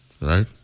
right